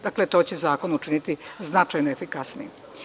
Dakle, to će zakon učiniti značajno efikasnijim.